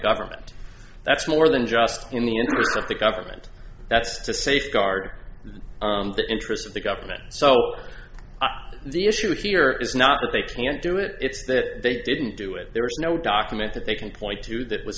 government that's more than just in the interests of the government that's to safeguard the interests of the government so the issue here is not that they can't do it it's that they didn't do it there's no document that they can point to that was